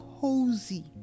cozy